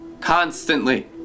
constantly